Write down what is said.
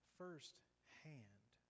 firsthand